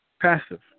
passive